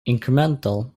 incremental